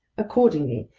accordingly,